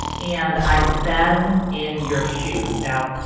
and i've been in your shoes. now,